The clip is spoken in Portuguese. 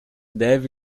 deve